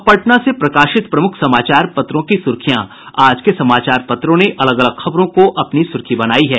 अब पटना से प्रकाशित प्रमुख समाचार पत्रों की सुर्खियां आज के समाचार पत्रों ने अलग अलग खबरों की अपनी सुर्खी बनायी है